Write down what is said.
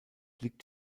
liegt